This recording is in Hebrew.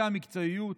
ובמקצועיות.